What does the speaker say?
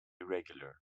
regular